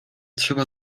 trzeba